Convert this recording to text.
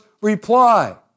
reply